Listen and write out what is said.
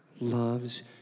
loves